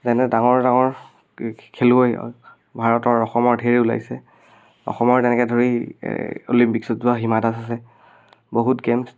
যেনে ডাঙৰ ডাঙৰ খেলুৱৈ ভাৰতৰ অসমৰ ধেৰ ওলাইছে অসমৰ তেনেকৈ ধৰি অলিম্পিকচত যোৱা হিমা দাস আছে বহুত গেমছ